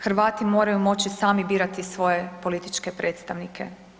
Hrvati moraju moći sami birati svoje političke predstavnike.